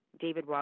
David